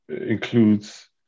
includes